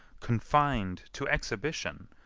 confin'd to exhibition!